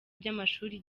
by’amashuri